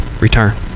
return